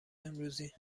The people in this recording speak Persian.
امروزی